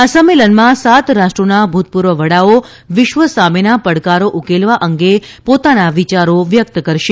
આ સંમેલનમાં સાત રાષ્ટ્રોના ભૂતપૂર્વ વડાઓ વિશ્વસામેના પડકારો ઉકેલવા અંગે પોતાના વિચારો વ્યક્ત કરશે